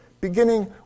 beginning